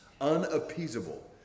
unappeasable